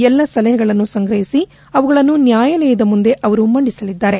ಎಲ್ಲ ಸಲಹೆಗಳನ್ನು ಸಂಗ್ರಹಿಸಿ ಅವುಗಳನ್ನು ನ್ನಾಯಾಲಯದ ಮುಂದೆ ಅವರು ಮಂಡಿಸಲಿದ್ದಾರೆ